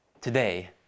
Today